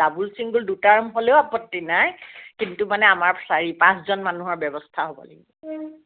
double single দুটা হ'লেও আপত্তি নাই কিন্তু মানে আমাৰ চাৰি পাঁচজন মানুহৰ ব্যৱস্থা হ'ব লাগিব